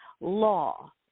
law